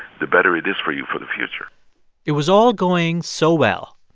the better it is for you for the future it was all going so well.